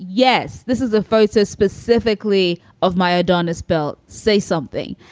yes, this is a photo specifically of my adonis belt. say something.